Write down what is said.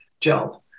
job